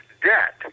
debt